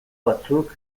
batzuk